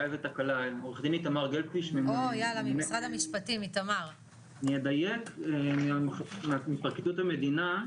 תקלה, עו"ד איתמר גלבפיש מפרקליטות המדינה.